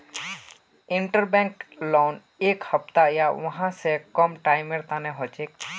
interbank loan एक हफ्ता या वहा स कम टाइमेर तने हछेक